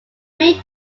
main